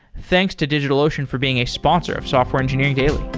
thanks to digitalocean for being a sponsor of software engineering daily